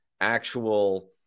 actual